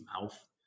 mouth